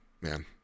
man